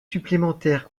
supplémentaires